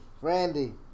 Randy